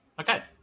Okay